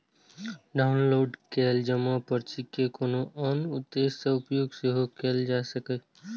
download कैल जमा पर्ची के कोनो आन उद्देश्य सं उपयोग सेहो कैल जा सकैए